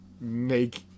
make